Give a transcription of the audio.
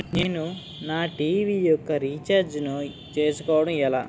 నేను నా టీ.వీ యెక్క రీఛార్జ్ ను చేసుకోవడం ఎలా?